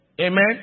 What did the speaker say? Amen